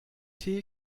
tee